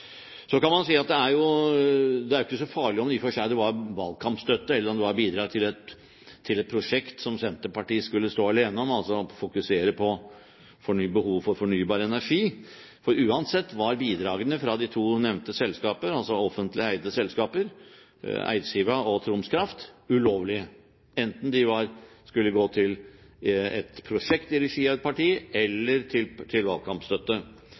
Så kan man si at det er jo ikke så farlig i og for seg om det var valgkampstøtte, eller om det var bidrag til et prosjekt som Senterpartiet skulle stå alene om, altså å fokusere på behovet for fornybar energi, for uansett var bidragene fra de to nevnte selskaper – altså offentlig eide selskaper – Eidsiva Energi og Troms Kraft, ulovlige, enten de skulle gå til et prosjekt i regi av et parti eller til valgkampstøtte.